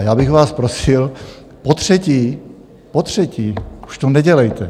A já bych vás prosil, potřetí, potřetí!, už to nedělejte.